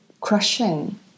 crushing